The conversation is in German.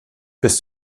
bist